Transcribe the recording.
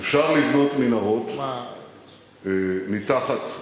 אפשר לבנות מנהרות מתחת,